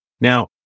Now